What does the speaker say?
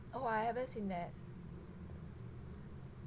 oh I haven't seen that